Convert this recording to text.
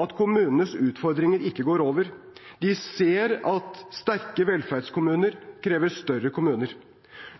at kommunenes utfordringer ikke går over, de ser at sterke velferdskommuner krever større kommuner.